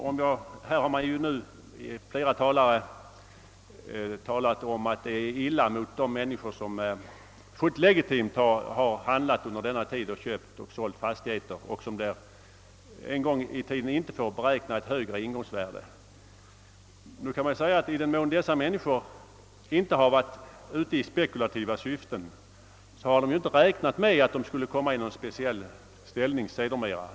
Flera talare har hävdat att retroaktiviteten innebär att man handlar illa mot de människor som fullt legitimt under den aktuella tiden köpt och sålt fastigheter och som en gång i framtiden inte får beräkna ett högre ingångsvärde. Men om dessa människor inte varit ute i spekulativa syften har de ju inte räknat med att de framdeles skulle komma i någon speciell ställning.